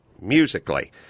musically